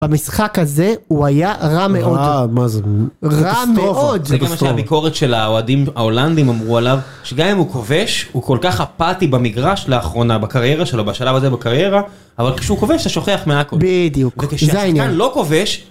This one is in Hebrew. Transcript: במשחק הזה, הוא היה רע מאוד, רע מאוד, קטסטרופה, קטסטרופה... זה גם מה שהביקורת של האוהדים ההולנדים אמרו עליו שגם אם הוא כובש הוא כל כך אפאתי במגרש לאחרונה בקריירה שלו בשלב הזה בקריירה, אבל כשהוא כובש אתה שוכח מהכל. בדיוק, זה העניין. וכשהשחקן לא כובש.